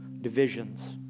divisions